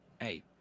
Hey